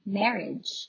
marriage